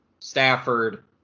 Stafford